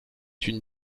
une